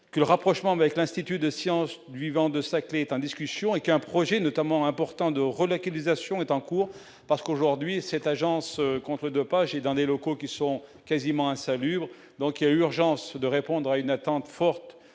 que le rapprochement avec l'Institut de sciences du vivant de Saclay est en discussion avec un projet notamment important de relocalisation est en cours parce qu'aujourd'hui, cette agence contre pages et dans des locaux qui sont quasiment insalubre, donc il y a urgence, de répondre à une attente forte